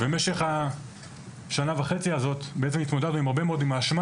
במשך השנה וחצי הזאת התמודדנו הרבה מאוד עם האשמה